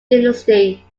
dynasty